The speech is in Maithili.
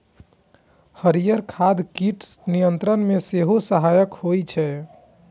हरियर खाद कीट नियंत्रण मे सेहो सहायक होइ छै